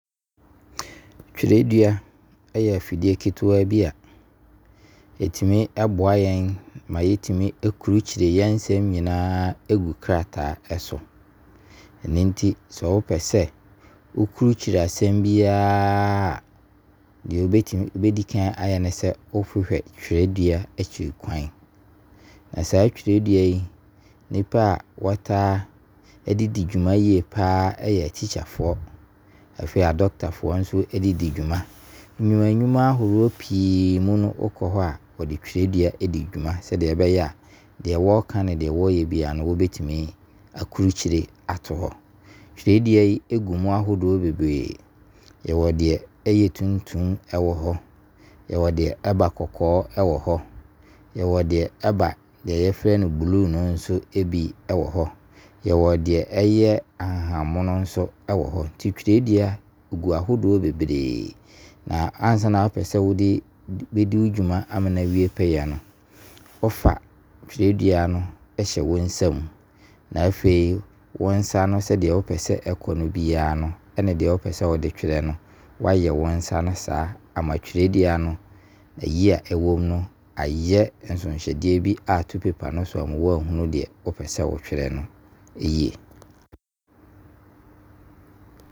Twerɛdua yɛ afidie ketewaa bi a ɛtumi boa yɛn ma yɛtumi krukyire yɛnsem nyinaa gu krataa so. Ɛno nti sɛ wo pɛ sɛ wo krukyire asem biara, deɛ wobɛdi kan ayɛ ne sɛ wohwehwɛ twerɛdua akyiri kwan. Na saa twerɛdua yi nipa a wɔtaa de di dwuma yie paa ɛyɛ atikyafoɔ. Afei adɔkotafɔo nso ɛde di dwuma. Nnwuma nnwuma ahoroɔ pii mu no wo kɔ hɔ a wɔde twerɛdua di dwuma sɛdeɛ ɛbɛyɛ a deɛ wɔka ne deɛ wɔyɛ biara no wɔbɛtumi akrukyire ato hɔ. Twerɛdua yi gu ahodoɔ bebree. Yɛwɔ deɛ ɛyɛ tumtum wɔ hɔ. Yɛwɔ deɛ ɛba kɔkɔɔ wɔ hɔ. Yɛwɔ deɛ ɛba ddɛ yɛfrɛ no blue nso bi wɔ hɔ. Yɛwɔ deɛ ɛyɛ ahanhanmmono nso ɛwɔ hɔ. Nti twerɛdua ɛgu ahodoɔ bebree. Na ansa na wo pɛ sɛ wo de bɛdi dwuma ama no awie pɛyɛ no, wo fa twerɛdua no ɛhyɛ wo nsam. Na afei wo nsa no sɛdeɛ wo pɛ ɛkɔ no biara no, ɛne deɛ wo pɛ sɛ wo de twerɛ no wayɛ wo nsa no saa ama twerɛdua no ayi no ayɛ nnsonhɛdeɛ bi ato paper no so ama w'ahunu deɛ wo pɛ sɛ wo twerɛ no yie.